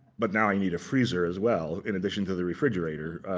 but now you need a freezer as well in addition to the refrigerator.